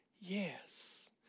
yes